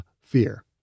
fear